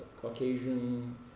Caucasian